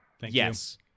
Yes